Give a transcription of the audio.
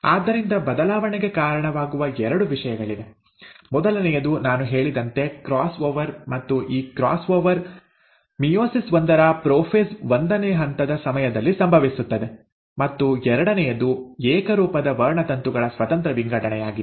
ಆದ್ದರಿಂದ ಬದಲಾವಣೆಗೆ ಕಾರಣವಾಗುವ ಎರಡು ವಿಷಯಗಳಿವೆ ಮೊದಲನೆಯದು ನಾನು ಹೇಳಿದಂತೆ ಕ್ರಾಸ್ ಓವರ್ ಮತ್ತು ಈ ಕ್ರಾಸ್ ಓವರ್ ಮಿಯೋಸಿಸ್ ಒಂದರ ಪ್ರೊಫೇಸ್ ಒಂದನೇ ಹಂತದ ಸಮಯದಲ್ಲಿ ಸಂಭವಿಸುತ್ತದೆ ಮತ್ತು ಎರಡನೆಯದು ಏಕರೂಪದ ವರ್ಣತಂತುಗಳ ಸ್ವತಂತ್ರ ವಿಂಗಡಣೆಯಾಗಿದೆ